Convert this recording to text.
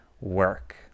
work